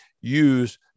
use